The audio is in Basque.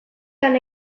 lan